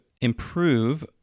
improve